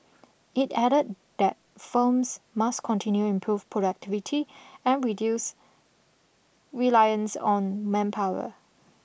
it added that firms must continue improve productivity and reduce reliance on manpower